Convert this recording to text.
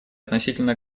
относительно